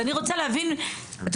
אם,